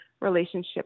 relationship